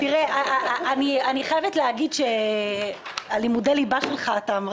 אני חייבת להגיד שאתה מרקיע שחקים בלימודי הליבה שלך.